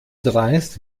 dreist